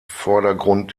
vordergrund